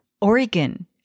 Oregon